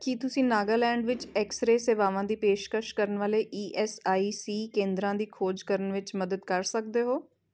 ਕੀ ਤੁਸੀਂ ਨਾਗਾਲੈਂਡ ਵਿੱਚ ਐਕਸਰੇਅ ਸੇਵਾਵਾਂ ਦੀ ਪੇਸ਼ਕਸ਼ ਕਰਨ ਵਾਲੇ ਈ ਐਸ ਆਈ ਸੀ ਕੇਂਦਰਾਂ ਦੀ ਖੋਜ ਕਰਨ ਵਿੱਚ ਮਦਦ ਕਰ ਸਕਦੇ ਹੋ